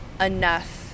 enough